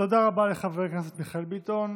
תודה רבה לחבר הכנסת מיכאל ביטון.